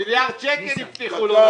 ומדינת ישראל תפסיד תשלומי מכס בהתאם.